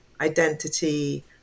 identity